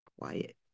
quiet